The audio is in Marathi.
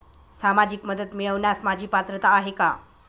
सामाजिक मदत मिळवण्यास माझी पात्रता आहे का?